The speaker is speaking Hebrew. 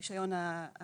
זה הרישיון הראשון,